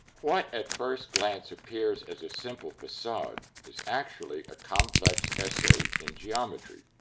what at first glance appears as a simple facade is actually a complex essay in geometry.